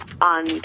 on